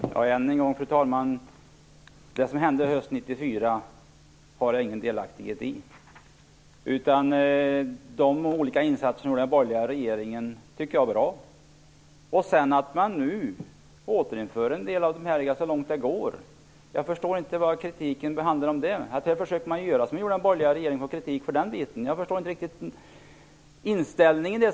Fru talman! Jag vill än en gång säga att jag inte har någon som helst delaktighet i det som hände hösten 1994. De olika insatser som den borgerliga regeringen gjorde var bra. Nu återinför man en del av dessa så långt det går, och jag förstår inte kritiken mot det. Man försöker göra som den borgerliga regeringen gjorde och så får man kritik för det. Jag förstår inte riktigt den inställningen.